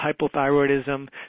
hypothyroidism